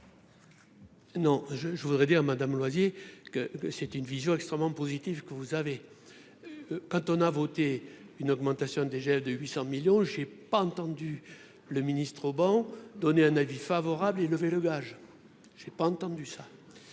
Non je je voudrais dire madame Loyer, que c'est une vision extrêmement positif que vous avez quand on a voté une augmentation des jets de 800 millions j'ai pas entendu le ministre au ban donné un avis favorable et levez le gage, j'ai pas entendu ça,